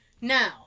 Now